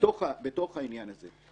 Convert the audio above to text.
בתוך העניין הזה.